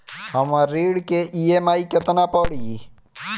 हमर ऋण के ई.एम.आई केतना पड़ी?